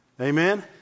Amen